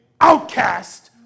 outcast